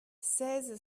seize